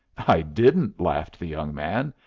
i didn't, laughed the young man.